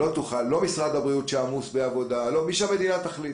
לא משרד הבריאות שעמוס בעבודה ולא כל מי שהמדינה תחליט,